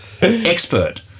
expert